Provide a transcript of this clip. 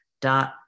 dot